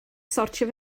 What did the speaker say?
sortio